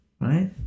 right